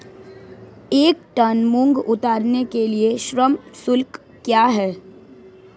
एक टन मूंग उतारने के लिए श्रम शुल्क क्या है?